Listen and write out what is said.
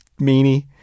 meanie